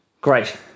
Great